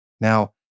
Now